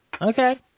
Okay